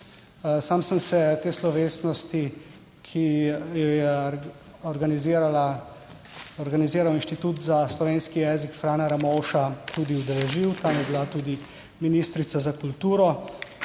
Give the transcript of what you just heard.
Sam sem se te slovesnosti, ki jo je organizirala, organiziral Inštitut za slovenski jezik Frana Ramovša, tudi udeležil, tam je bila tudi ministrica za kulturo.